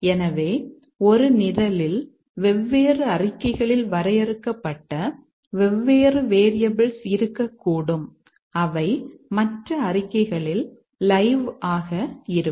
எனவே ஒரு நிரலில் வெவ்வேறு அறிக்கைகளில் வரையறுக்கப்பட்ட வெவ்வேறு வேரியபிள்ஸ் இருக்கக்கூடும் அவை மற்ற அறிக்கைகளில் லைவ் ஆக இருக்கும்